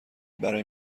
برای